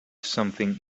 something